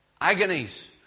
agonies